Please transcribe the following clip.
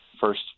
first